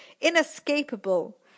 Inescapable